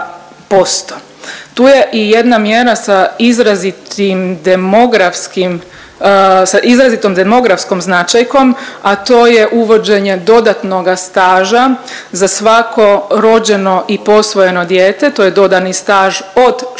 demografskim sa izrazitom demografskom značajkom, a to je uvođenje dodatnoga staža za svako rođeno i posvojeno dijete, to je dodani staž od šest